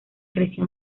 creció